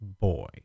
boy